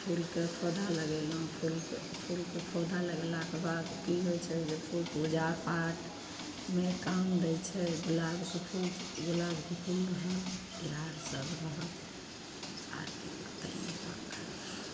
फूलके पौधा लगेलहुँ फूलके फूलके पौधा लगेलाके बाद कि होइ छै जे फूल पूजा पाठमे काम दै छै गुलाबके फूल गुलाबके फूल रहल इएह सब रहल आर कि बतइए